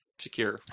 secure